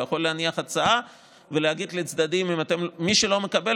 הוא יכול להניח הצעה ולהגיד לצדדים שמי שלא מקבל